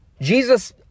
Jesus